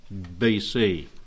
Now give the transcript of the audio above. BC